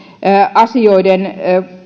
asioiden